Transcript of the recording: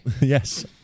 Yes